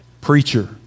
preacher